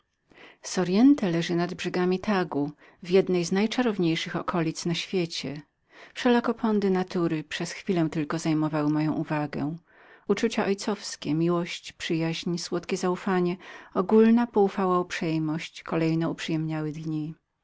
soriente leży nad brzegami tagu w jednem z najczarowniejszych położeń na świecie wszelako ponęty natury przez chwilę tylko sprawiły na mnie wrażenie uzuciauczucia ojcowskie miłość przyjaźń słodkie zaufanie ogólna poufała uprzejmość kolejno uprzyjemniały wszystkie dni